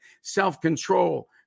self-control